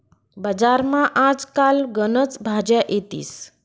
बजारमा आज काल गनच भाज्या येतीस